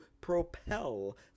propel